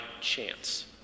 chance